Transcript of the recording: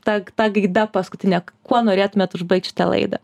tak ta gaida paskutine kuo norėtumėt užbaigt šitą laidą